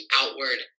outward